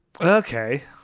Okay